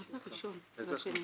מה זה הראשון והשני?